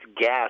gas